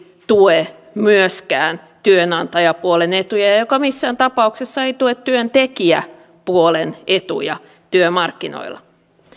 tue myöskään työnantajapuolen etuja ja ja joka missään tapauksessa ei tue työntekijäpuolen etuja työmarkkinoilla